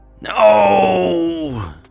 No